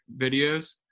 videos